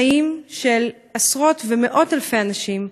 חיים של עשרות ומאות אלפי אנשים.